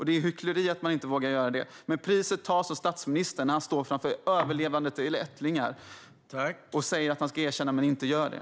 Det är hyckleri att man inte vågar erkänna det. Priset tas dock av statsministern när han står inför ättlingar till överlevande och säger att man ska erkänna men inte gör det.